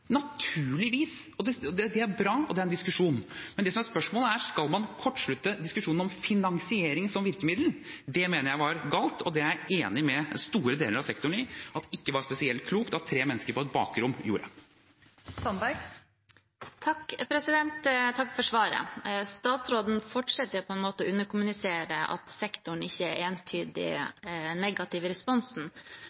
og det er bra at det er en diskusjon, men det som er spørsmålet, er om man skal kortslutte diskusjonen om finansiering som virkemiddel. Det mener jeg var galt, og det er jeg enig med store deler av sektoren i at ikke var spesielt klokt at tre mennesker på et bakrom gjorde. Jeg takker for svaret. Statsråden fortsetter på en måte å underkommunisere at sektoren ikke er entydig